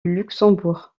luxembourg